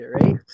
right